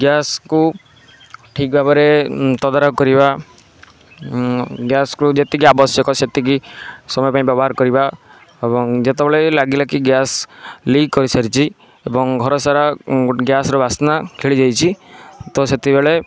ଗ୍ୟାସ୍କୁ ଠିକ୍ ଭାବରେ ତଦାରଖ କରିବା ଗ୍ୟାସ୍କୁ ଯେତିକି ଆବଶ୍ୟକ ସେତିକି ସମୟ ପାଇଁ ବ୍ୟବହାର କରିବା ଏବଂ ଯେତେବେଳେ ଲାଗିଲା କି ଗ୍ୟାସ୍ ଲିକ୍ କରିସାରିଛି ଏବଂ ଘର ସାରା ଗ୍ୟାସ୍ର ବାସ୍ନା ଖେଳି ଯାଇଛି ତ ସେତେବେଳେ